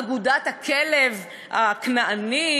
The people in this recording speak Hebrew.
אגודת הכלב הכנעני,